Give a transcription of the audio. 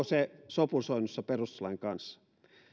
se sopusoinnussa perustuslain kanssa